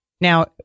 Now